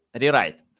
rewrite